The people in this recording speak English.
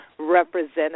representative